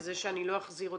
וזה שאני לא אחזיר אותם,